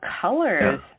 colors